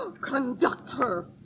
Conductor